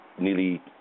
nearly